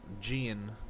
Jean